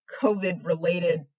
COVID-related